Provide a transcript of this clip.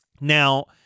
Now